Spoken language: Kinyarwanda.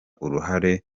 uruhare